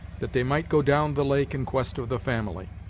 that they might go down the lake in quest of the family.